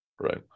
right